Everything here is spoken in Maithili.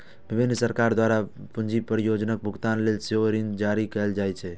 विभिन्न सरकार द्वारा पूंजी परियोजनाक भुगतान लेल सेहो ऋण जारी कैल जाइ छै